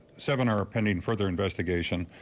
seven are ah pending further investigation.